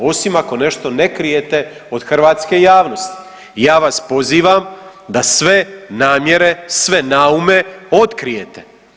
Osim ako nešto ne krijete od hrvatske javnosti i ja vas pozivam da sve namjere, sve naume otkrijete.